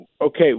okay